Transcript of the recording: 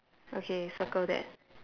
okay circle that